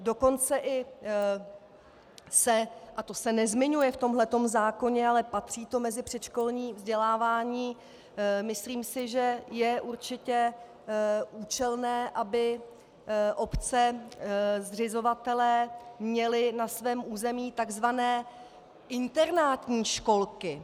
Dokonce si a to se nezmiňuje v tomhle zákoně, ale patří to mezi předškolní vzdělávání myslím, že je určitě účelné, aby obce zřizovatelé měly na svém území takzvané internátní školky.